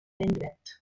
indret